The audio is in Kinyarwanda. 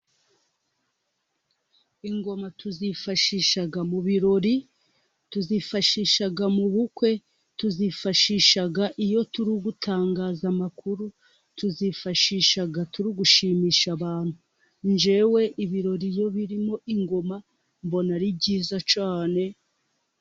Ingoma tuzifashisha mu birori, tuzifashisha mu bukwe, tuzifashisha iyo turi gutangaza amakuru. Tuzifashisha turi gushimisha abantu. Njyewe ibirori iyo birimo ingoma mbona ari byiza cyane.